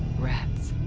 rats.